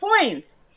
points